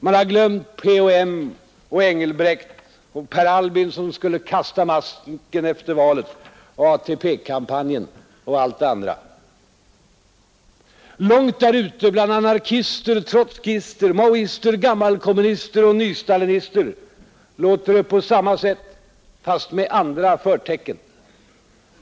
Man har glömt PHM och Engelbrekt och Per Albin som skulle kasta masken efter valet och ATP-kampanjen och allt det andra. Långt där ute bland anarkister, trotskister, maoister, gammalkommunister och nystalinister låter det på samma sätt fast med andra förtecken.